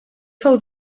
fou